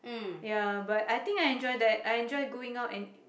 ya but I enjoy that I enjoy going out and